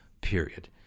period